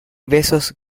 besos